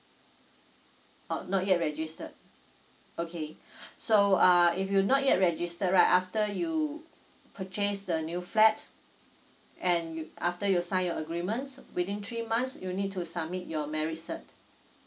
oh not yet registered okay so uh if you not yet register right after you purchase the new flat and you after you sign your agreement within three months you need to submit your marriage cert